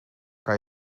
kan